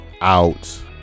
out